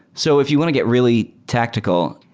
so if you want to get really tactical,